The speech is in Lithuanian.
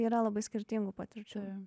yra labai skirtingų patirčių